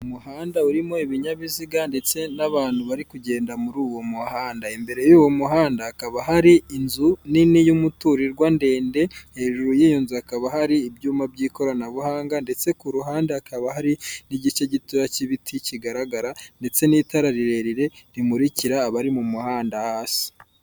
Umuhanda urimo ibinyabiziga ndetse n'abantu barimo kugenda muri uwo muhanda, imbere y'uwo muhanda hakaba hari inzu nini y'umutirwa ndende hejuru y'iyo nzu hakaba hari ibyuma by'ikoranabuhanga ndetse ku ruhande hakaba hari n'igice gitoya cy'ibiti kigaragara ndetse n'itara rirerire rimurikira abari mu muhanda hasi.